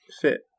fit